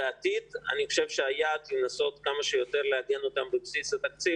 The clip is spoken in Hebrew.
בעתיד אני חושב שהיעד הוא לנסות לעגן אותם כמה שיותר בבסיס התקציב